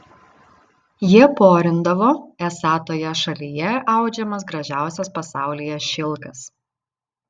jie porindavo esą toje šalyje audžiamas gražiausias pasaulyje šilkas